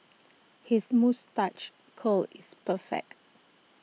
his moustache curl is perfect